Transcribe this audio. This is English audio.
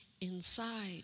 inside